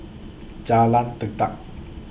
Jalan Tekad